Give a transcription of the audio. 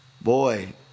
boy